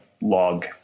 log